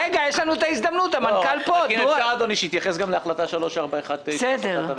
בבקשה, אדוני, שהתייחס גם להחלטה 3419. בסדר.